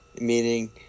Meaning